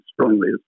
strongly